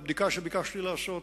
זה מהבדיקה שביקשתי לעשות,